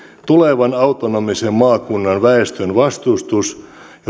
tulevan autonomisen maakunnan väestön vastustus joten asiaa on hyvä vielä pohtia